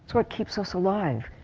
so what keeps us alive.